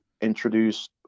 introduce